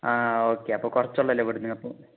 ആ ഓക്കെ അപ്പം കുറച്ച് ഉള്ളല്ലേ ഇവിടെ നിന്ന് നിങ്ങൾക്ക്